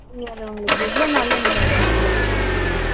நீங்கள் அதை உங்களுக்கு எவ்வளோ நாளில் நீங்கள் அதை முடிச்சு கொடுப்பிங்க